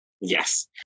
Yes